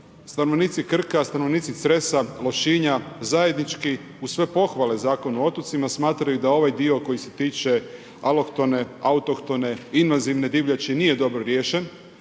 stanovnici Krka, stanovnici Cresa, Lošinja, zajednički, uz sve pohvala Zakon o otocima, smatraju da ovaj dio, koji se tiče alohtone, autohtone invazivne divljači nije dobro riješen.